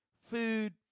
food